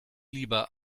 lieber